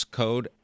code